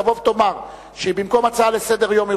תבוא ותאמר שבמקום הצעה לסדר-היום היא